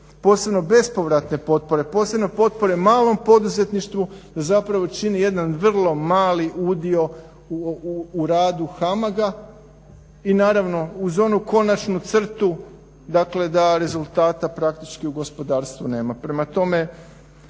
posebno bespovratne potpore, posebno potpore malom poduzetništvu zapravo čini jedan vrlo mali udio u radu HAMAG-a i naravno uz onu konačnu crtu dakle da rezultata praktički u gospodarstvu nema.